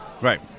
Right